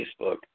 Facebook